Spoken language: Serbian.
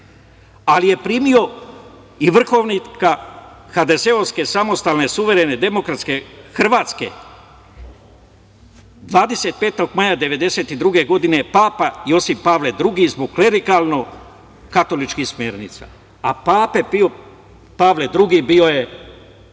ali je primio vrhovnika HDZ samostalne suverene demokratske Hrvatske 25. maja 1992. godine, papa Josip Pavle II zbog klerikalno katoličkih smernica, a pape Pavle II bio je